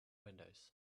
windows